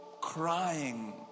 crying